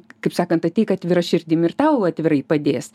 kaip sakant ateik atvira širdim ir tau atvirai padės